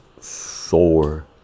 sore